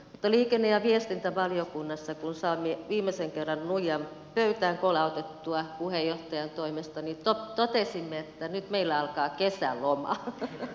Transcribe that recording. mutta liikenne ja viestintävaliokunnassa kun saimme viimeisen kerran nuijan pöytään kolautettua puheenjohtajan toimesta totesimme että nyt meillä alkaa kesäloma